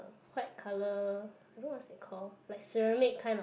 white color I don't what is it called like ceramic kinda